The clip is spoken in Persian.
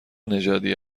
نژادی